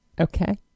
Okay